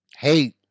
hate